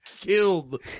Killed